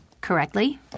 Correctly